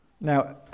Now